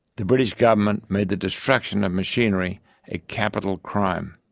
the british government made the destruction of machinery a capital crime.